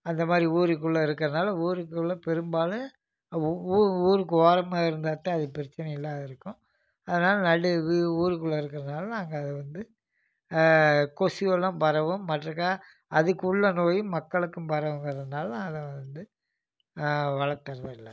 அந்த மாதிரி ஊருக்குள்ள இருக்கிறதுனால ஊருக்குள்ள பெரும்பாலும் ஊ ஊருக்கு ஓரமாக இருந்தாத்தான் அது பிரச்சனை இல்லாத இருக்கும் அதனால் நடு ஊ ஊருக்குள்ள இருக்கிறதுனால நாங்கள் அதை வந்து கொசுவெல்லாம் பரவும் மற்றக்கா அதுக்குள்ள நோய் மக்களுக்கும் பரவுங்கிறதுனால அதை வந்து வளர்த்தறது இல்லை